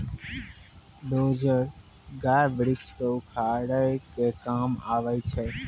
dozer, गाछ वृक्ष क उखाड़े के काम आवै छै